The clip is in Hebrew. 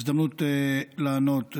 הזדמנות לענות.